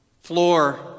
floor